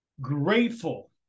Grateful